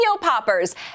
poppers